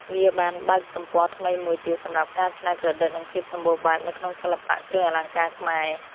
វាបានបើកទំព័រថ្មីមួយទៀតសម្រាប់ការច្នៃប្រឌិត និងភាពសម្បូរបែបនៅក្នុងសិល្បៈគ្រឿងអលង្ការខ្មែរ។